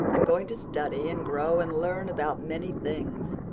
i'm going to study and grow and learn about many things.